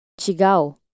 Chigao